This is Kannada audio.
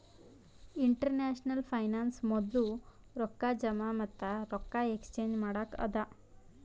ಇಂಟರ್ನ್ಯಾಷನಲ್ ಫೈನಾನ್ಸ್ ಮೊದ್ಲು ರೊಕ್ಕಾ ಜಮಾ ಮತ್ತ ರೊಕ್ಕಾ ಎಕ್ಸ್ಚೇಂಜ್ ಮಾಡಕ್ಕ ಅದಾ